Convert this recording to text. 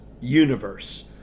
universe